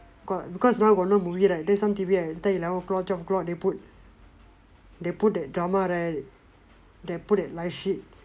got because now got no movie right then some T_V later eleven o'clock twelve o'clock they put they put that drama right they put that like shit